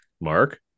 Mark